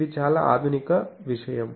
ఇది చాలా ఆధునిక విషయం